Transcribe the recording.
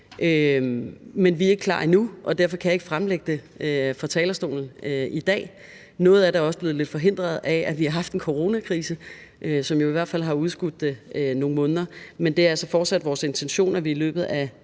Men vi er ikke klar endnu, og derfor kan jeg ikke fremlægge det fra talerstolen i dag. Noget af det er også blevet lidt forhindret af, at vi har haft en coronakrise, som jo i hvert fald har udskudt det nogle måneder. Men det er altså fortsat vores intention, at vi i løbet af